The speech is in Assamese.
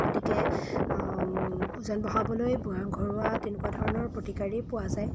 গতিকে ওজন বঢ়াবলৈ ঘৰুৱা তেনেকুৱা ধৰণৰ প্ৰতিকাৰেই পোৱা যায়